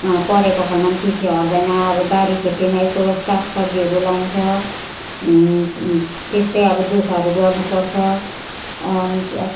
परेको खण्डमा पिछे हट्दैन अब बारी खेतीमै यसो सागसब्जीहरू लगाउँछ त्यस्तै अब दुःखहरू गर्नुपर्छ अन्त